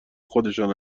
خودشان